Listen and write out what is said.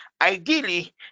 ideally